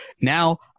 Now